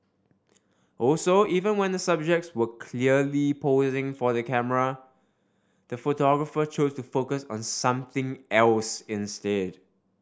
also even when the subjects were clearly posing for the camera the photographer chose to focus on something else instead